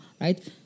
right